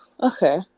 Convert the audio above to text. Okay